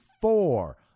four